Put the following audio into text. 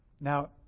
Now